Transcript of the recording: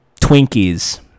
Twinkies